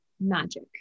magic